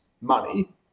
money